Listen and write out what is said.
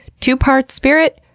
two parts spirit,